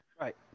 Right